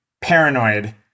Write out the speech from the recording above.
paranoid